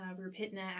Rupitna